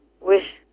wish